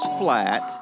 flat